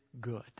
good